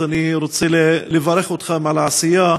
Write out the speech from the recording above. אז אני רוצה לברך אתכם על העשייה.